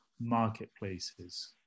marketplaces